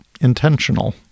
intentional